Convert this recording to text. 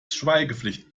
schweigepflicht